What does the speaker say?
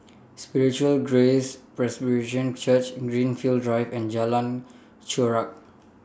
Spiritual Grace Presbyterian Church Greenfield Drive and Jalan Chorak